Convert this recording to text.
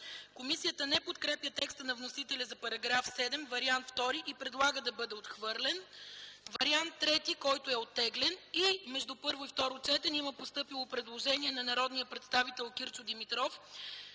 Комисията не подкрепя теста на вносителя за § 7, вариант ІІ и предлага да бъде отхвърлен. Вариант ІІІ е оттеглен. Между първо и второ четене има постъпило предложение от народния представител Кирчо Димитров